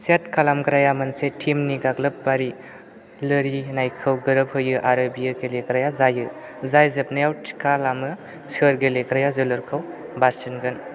set खालामग्राया मोनसे टिमनि गाग्लोबारि लोरिनायखौ गोरोब होयो आरो बियो गेलेग्राया जायो जाय जोबनायाव थि खालामो सोर गेलेग्राया जोलुरखौ बारसिनगोन